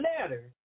letter